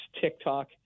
TikTok